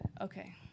okay